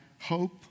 hope